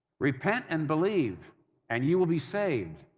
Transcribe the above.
repent and believe and you will be saved,